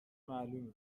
معلومه